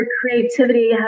creativity